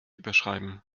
überschreiben